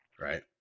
right